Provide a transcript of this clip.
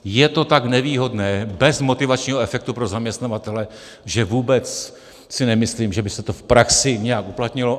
Je to tak nevýhodné, bez motivačního efektu pro zaměstnavatele, že si vůbec nemyslím, že by se to v praxi nějak uplatnilo.